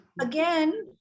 Again